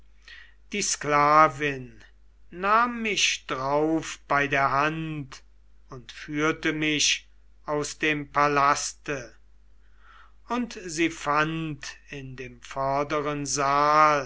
die sklavin nahm mich darauf bei der hand und führte mich aus dem palaste und sie fand in dem vorderen saal